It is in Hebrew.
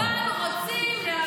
אבל רוצים להעביר.